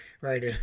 right